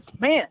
man